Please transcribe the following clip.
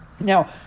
now